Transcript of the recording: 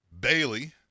Bailey